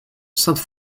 sainte